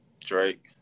Drake